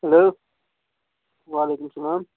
hello وعلیکُم سَلام